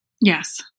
yes